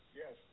yes